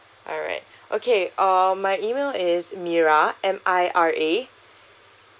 alright okay uh my email is mira M I R A